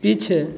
पीछे